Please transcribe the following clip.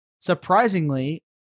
surprisingly